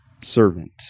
servant